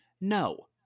no